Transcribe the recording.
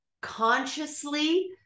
consciously